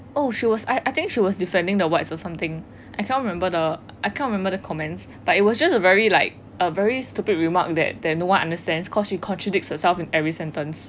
oh she was I I think she was defending the whites or something I cannot remember the I cannot remember the comments but it was just a very like a very stupid remark that that no one understands cause she contradicts herself in every sentence